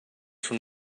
from